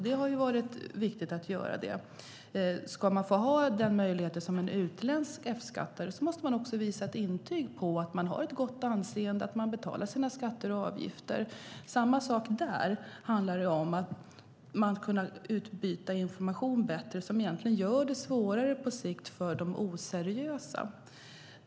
Det har varit viktigt att göra det. Ska man få ha den möjligheten som utländsk F-skattare måste man också visa ett intyg på att man har ett gott anseende och att man betalar sina skatter och avgifter. På samma sätt handlar det här om att man ska kunna utbyta information bättre. På sikt gör detta det svårare för de oseriösa.